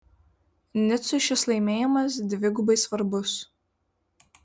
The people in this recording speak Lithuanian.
nicui šis laimėjimas dvigubai svarbus